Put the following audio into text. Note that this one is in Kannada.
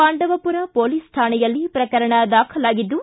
ಪಾಂಡವಪುರ ಪೊಲೀಸ್ ಠಾಣೆಯಲ್ಲಿ ಪ್ರಕರಣ ದಾಖಲಾಗಿದ್ದು